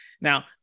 Now